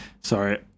Sorry